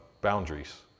boundaries